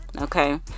Okay